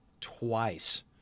twice